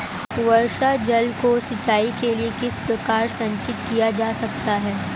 वर्षा जल को सिंचाई के लिए किस प्रकार संचित किया जा सकता है?